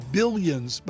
billions